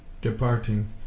departing